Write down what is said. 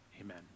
amen